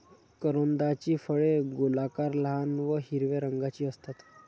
करोंदाची फळे गोलाकार, लहान व हिरव्या रंगाची असतात